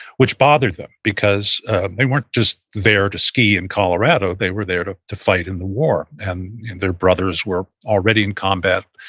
which bothered them, because they weren't just there to ski in colorado. they were there to to fight in the war. and their brothers were already in combat,